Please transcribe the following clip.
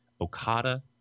Okada